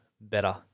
better